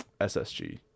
SSG